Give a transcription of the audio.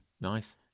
Nice